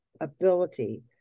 ability